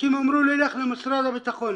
אנשים אמרו לי: לך למשרד הביטחון.